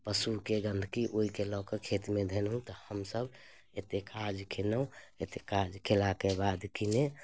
पशुके गन्दगी ओहिके लऽ कऽ खेतमे देलहुँ तऽ हमसभ एतेक काज केलहुँ एतेक काज केलाके बाद किने